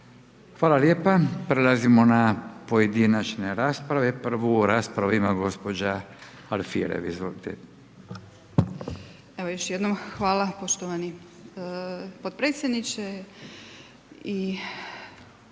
Hvala lijepa. Prelazimo na pojedinačne rasprave. Prvu raspravu ima gospođa Alfirev. Izvolite. **Alfirev, Marija (SDP)** Evo još jednom hvala poštovani potpredsjedniče.